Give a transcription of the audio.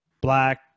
black